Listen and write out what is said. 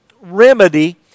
remedy